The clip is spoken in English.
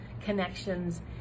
connections